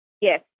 Yes